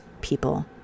people